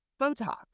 Botox